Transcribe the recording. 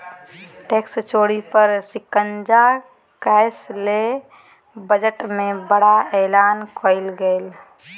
tax चोरी पर शिकंजा कसय ले बजट में बड़ा एलान कइल गेलय